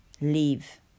Leave